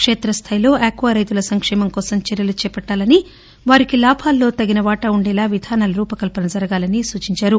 క్షేత్ర స్టాయిలో అక్వా రైతుల సంకేమంకోసం చర్యలు చేపట్టాలని వారికి లాభాలలో తగిన వాటా ఉండేలా విధానాల రూపకల్పన జరగాలని సూచించారు